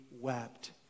wept